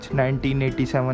1987